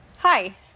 Hi